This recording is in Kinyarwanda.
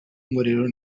ngororero